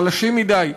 חלשים מדי,